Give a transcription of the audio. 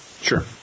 Sure